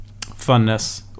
funness